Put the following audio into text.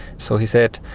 so he said,